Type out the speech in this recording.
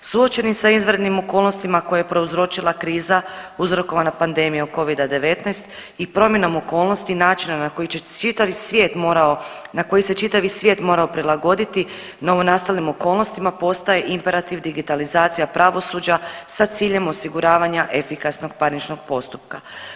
Suočeni sa izvanrednim okolnostima koje je prouzročila kriza uzrokovana pandemijom Covida-19 i promjenom okolnosti i načina na koji će čitavi svijet morao, na koji se čitavi svijet morao prilagoditi novonastalim okolnostima, postaje imperativ digitalizacija pravosuđa sa ciljem osiguravanja efikasnog parničnog postupka.